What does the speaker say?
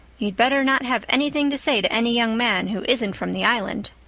you'd better not have anything to say to any young man who isn't from the island.